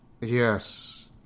Yes